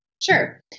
Sure